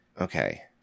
Okay